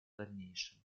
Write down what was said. дальнейшем